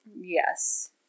Yes